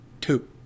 Two